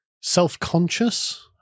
self-conscious